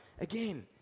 again